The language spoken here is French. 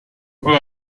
peut